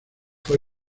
fue